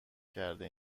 کرده